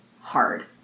hard